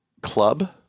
club